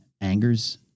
angers